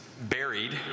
Buried